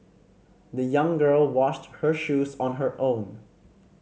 the young girl washed her shoes on her own